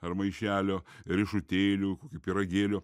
ar maišelio riešutėlių kokio pyragėlio